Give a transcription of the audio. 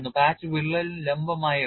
patch വിള്ളലിന് ലംബമായി ഇടുന്നു